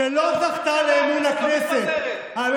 שלא זכתה לאמון הכנסת,